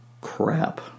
crap